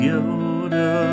Yoda